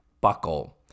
buckle